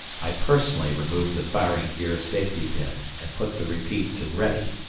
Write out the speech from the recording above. i personally removed the firing gear safety pin and put the repeat to ready.